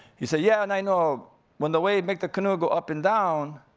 he said, yeah, nainoa, when the wave make the canoe go up and down,